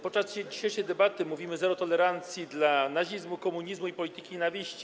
Podczas dzisiejszej debaty mówimy: zero tolerancji dla nazizmu, komunizmu i polityki nienawiści.